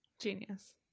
Genius